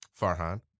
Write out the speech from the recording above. Farhan